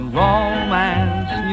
romance